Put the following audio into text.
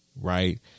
Right